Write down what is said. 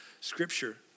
scripture